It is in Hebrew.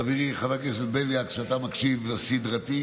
חברי חבר הכנסת בליאק, שאתה מקשיב סדרתי,